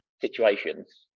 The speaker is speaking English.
situations